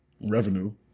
revenue